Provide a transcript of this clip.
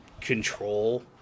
control